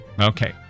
Okay